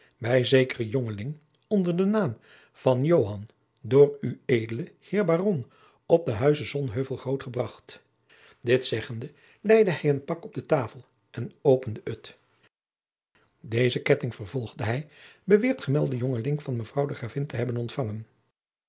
bij zekeren jongeling jacob van lennep de pleegzoon onder den naam van joan door ued heer baron op den huize sonheuvel grootgebracht dit zeggende leide hij een pak op de tafel en opende het deze ketting vervolgde hij beweert gemelde jongeling van mevrouw de gravin te hebben ontfangen